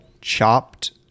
chopped